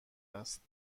است